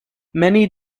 many